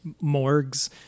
morgues